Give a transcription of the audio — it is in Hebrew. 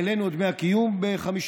העלינו את דמי הקיום ב-50%,